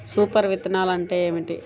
Super విత్తనాలు అంటే ఏమిటి?